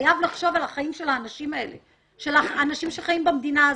חייב לחשוב על החיים של האנשים שחיים במדינה הזאת,